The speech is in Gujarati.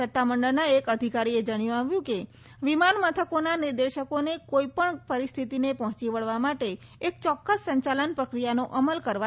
સત્તામંડળના એક અધિકારીએ કહ્યું કે વિમાન મથકોના નિદેશકોને કોઇપણ પરિસ્થિતિને પહોંચી વળવા માટે એક ચોક્કસ સંચાલન પ્રક્રિયાનો અમલ કરવા જણાવ્યું છે